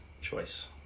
choice